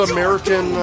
American